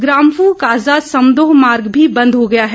ग्राम्फू काजा सम्दोह मोर्ग भी बंद हो गया है